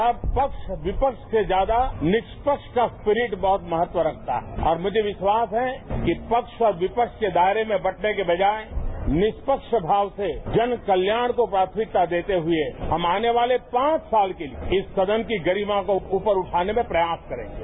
तब पक्ष विपक्ष से ज्यादा निष्पक्ष का स्प्रीट बहुत महत्व रखता है और मुझे विस्वास है कि पक्ष और विपक्ष के दायरे में बटने की बजाय निष्पक्षभाव से जनकल्याण को प्राथमिकता देते हुए हम आने वाले पांच साल के लिए इन सदन की गरिमा को ऊपर उठाने का प्रयास करेंगे